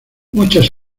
muchas